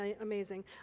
amazing